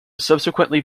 subsequently